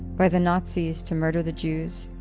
by the nazis, to murder the jews.